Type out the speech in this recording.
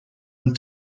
and